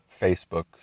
Facebook